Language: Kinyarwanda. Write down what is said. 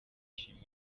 ishimwe